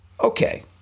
okay